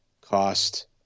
cost